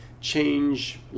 change